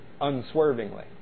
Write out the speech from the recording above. Unswervingly